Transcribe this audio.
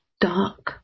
dark